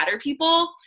people